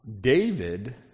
David